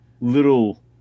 little